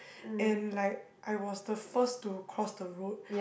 and like I was the first to cross the road